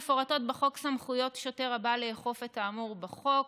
מפורטות בחוק סמכויות שוטר הבא לאכוף את האמור בחוק.